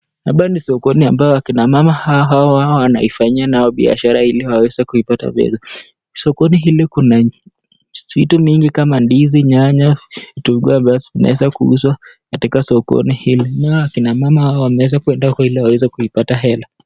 Haba ni sokon na mabao kina mama hawa wanaifanyia nayo biashara ili wawese kuipata pesa, sokoni hili kuna, vitu mingi kama ndizi nyanya, vitu ambae vimeeza kuuzwa katika sokoni hili, naye akina mama hawa wameeza kuenda huko ili waweze kuipata hela.